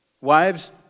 Wives